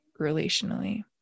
relationally